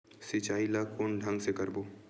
सिंचाई ल कोन ढंग से करबो?